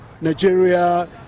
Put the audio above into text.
Nigeria